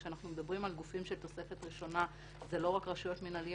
כשאנחנו מדברים על גופים של תוספת ראשונה זה לא רק רשויות מנהליות,